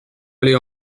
oli